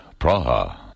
Praha